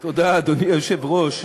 תודה, אדוני היושב-ראש.